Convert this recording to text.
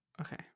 Okay